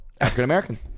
African-American